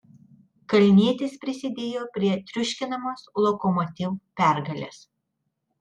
kalnietis prisidėjo prie triuškinamos lokomotiv pergalės